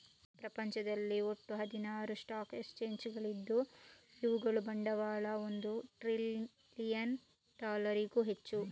ಪ್ರಪಂಚದಲ್ಲಿ ಒಟ್ಟು ಹದಿನಾರು ಸ್ಟಾಕ್ ಎಕ್ಸ್ಚೇಂಜುಗಳಿದ್ದು ಇವುಗಳ ಬಂಡವಾಳ ಒಂದು ಟ್ರಿಲಿಯನ್ ಡಾಲರಿಗೂ ಹೆಚ್ಚು